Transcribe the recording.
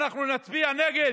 אנחנו נצביע נגד.